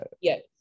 Yes